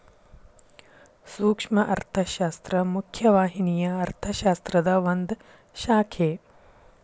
ಸೂಕ್ಷ್ಮ ಅರ್ಥಶಾಸ್ತ್ರ ಮುಖ್ಯ ವಾಹಿನಿಯ ಅರ್ಥಶಾಸ್ತ್ರದ ಒಂದ್ ಶಾಖೆ